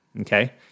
Okay